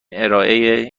ارائهای